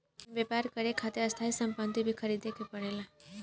कवनो व्यापर करे खातिर स्थायी सम्पति भी ख़रीदे के पड़ेला